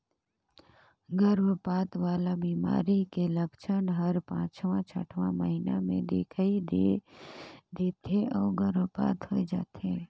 गरभपात वाला बेमारी के लक्छन हर पांचवां छठवां महीना में दिखई दे थे अउ गर्भपात होय जाथे